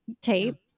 tape